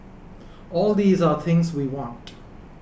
all these are things we want